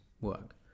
work